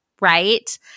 Right